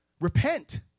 Repent